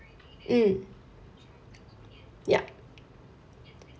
mm yup